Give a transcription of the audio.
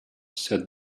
said